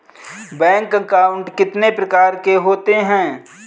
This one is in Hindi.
बैंक अकाउंट कितने प्रकार के होते हैं?